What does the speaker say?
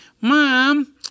Mom